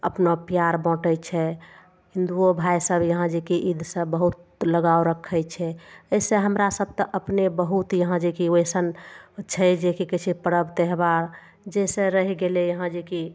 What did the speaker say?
अपना प्यार बाँटै छै हिन्दुओ भाइ सब यहाँ जे कि ईद सब बहुत लगाव रखै छै एहिसे हमरा सब तऽ अपने बहुत यहाँ जे कि वैसन छै जे कि कहै छै परब त्यौहार जैसे रहि गेलै यहाँ जे कि